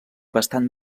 bastant